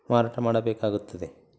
ಮಾರಾಟ ಮಾಡಬೇಕಾಗುತ್ತದೆ